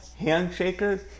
Handshakers